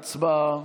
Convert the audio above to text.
הצבעה.